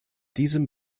diesem